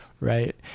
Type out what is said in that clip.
Right